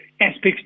aspects